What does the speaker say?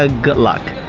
ah good luck!